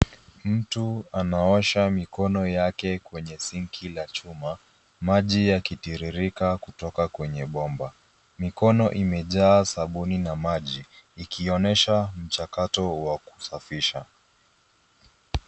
Mtu anaosha mikono yake kwenye sinki la chuma. Maji yakitiririka kutoka kwenye bomba. Mikono imejaa sabuni na maji, ikionesha mchakato wa kusafisha.